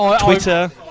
Twitter